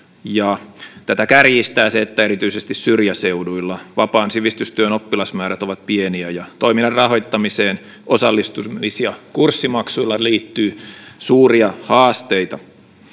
ja tätä kärjistää se että erityisesti syrjäseuduilla vapaan sivistystyön oppilasmäärät ovat pieniä ja toiminnan rahoittamiseen osallistumis ja kurssimaksuilla liittyy suuria haasteita